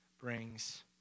brings